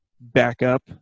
backup